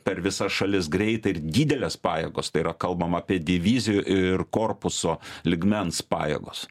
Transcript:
per visas šalis greitai ir didelės pajėgos tai yra kalbam apie divizijų ir korpuso lygmens pajėgos